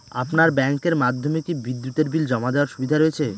আপনার ব্যাংকের মাধ্যমে কি বিদ্যুতের বিল জমা দেওয়ার সুবিধা রয়েছে?